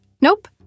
Nope